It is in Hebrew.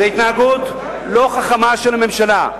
זאת התנהגות לא חכמה של הממשלה.